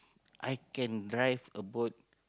I can drive a boat